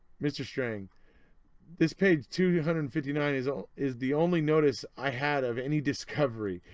mr. strang this page two two hundred and fifty nine is ah is the only notice i had of any discovery,